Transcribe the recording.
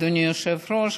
אדוני היושב-ראש,